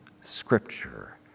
scripture